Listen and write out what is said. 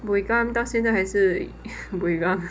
buay gam 到现在还是 buay gam ah